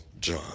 John